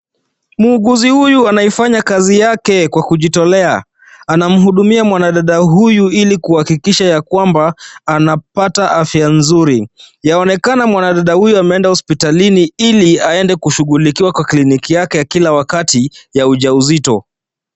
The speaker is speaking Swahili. Muuguzi huyu anaifanya kazi yake kwa kujitolea. Anamhudumia mwanadada huyu ili kuhakikisha ya kwamba anapata afya nzuri. Yaonekana mwanadada huyu ameenda hospitalini, ili aende kushughulikiwa kwa kliniki yake kila wakati ya uja uzito.